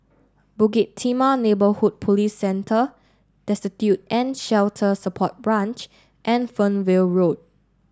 Bukit Timah Neighbourhood Police Centre Destitute and Shelter Support Branch and Fernvale Road